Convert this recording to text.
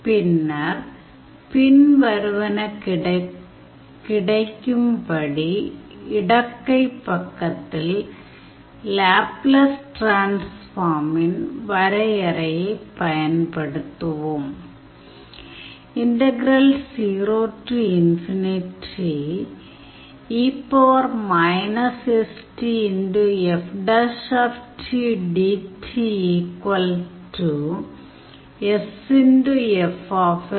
பின்னர் பின்வருவன கிடைக்கும்படி இடக்கைப் பக்கத்தில் லேப்லஸ் டிரான்ஸ்ஃபார்மின் வரையறையைப் பயன்படுத்துவோம்